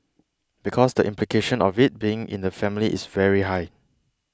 because the implication of it being in the family is very high